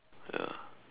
ya